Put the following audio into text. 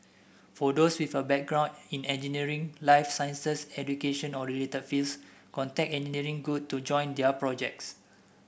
for those with a background in engineering life sciences education or related fields contact Engineering Good to join their projects